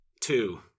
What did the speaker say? Two